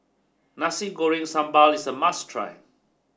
Nasi Goreng Sambal is a must try